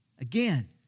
Again